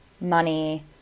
money